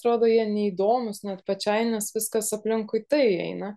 atrodo jie neįdomūs net pačiai nes viskas aplinkui tai eina